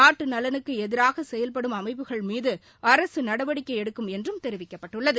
நாட்டு நவனுக்கு எதிராக செயல்படும் அமைப்புகள் மீது அரசு நடவடிக்கை எடுக்கும் என்றும் தெரிவிக்கப்பட்டுள்ளது